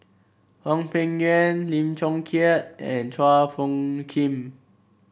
Hwang Peng Yuan Lim Chong Keat and Chua Phung Kim